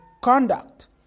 conduct